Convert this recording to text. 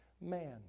man